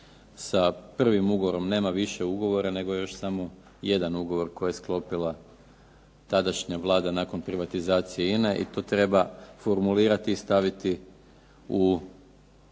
sa prvim ugovorom. Nema više ugovora, nego još samo jedan ugovor koji je sklopila tadašnja Vlada nakon privatizacije INA-e i to treba formulirati i staviti u